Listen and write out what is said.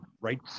right